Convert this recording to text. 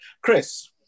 Chris